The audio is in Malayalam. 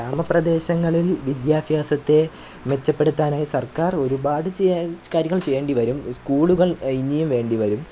ഗ്രാമ പ്രദേശങ്ങളിൽ വിദ്യാഭ്യാസത്തെ മെച്ചപ്പെടുത്താനായി സർക്കാർ ഒരുപാട് കാര്യങ്ങൾ ചെയ്യേണ്ടി വരും സ്കൂളുകൾ ഇനിയും വേണ്ടി വരും